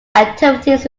activities